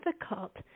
difficult